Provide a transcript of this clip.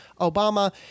Obama